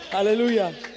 Hallelujah